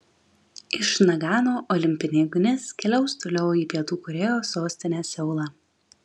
iš nagano olimpinė ugnis keliaus toliau į pietų korėjos sostinę seulą